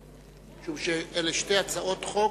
משום שאלה שתי הצעות חוק,